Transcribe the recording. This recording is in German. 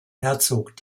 herzog